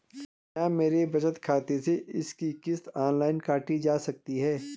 क्या मेरे बचत खाते से इसकी किश्त ऑनलाइन काटी जा सकती है?